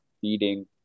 feeding